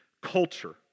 culture